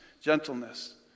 gentleness